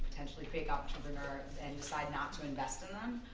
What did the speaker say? potentially big entrepreneur and decide not to invest and